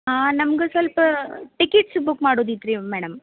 ಹಾಂ ನಮಗೂ ಸ್ವಲ್ಪ ಟಿಕೆಟ್ಸ್ ಬುಕ್ ಮಾಡೋದಿತ್ತು ರಿ ಮೇಡಮ್